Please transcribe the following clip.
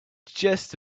just